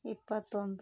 ಇಪ್ಪತ್ತೊಂದು